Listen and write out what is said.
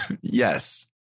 Yes